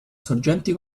sorgenti